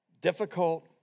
Difficult